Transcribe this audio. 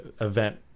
event